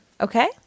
okay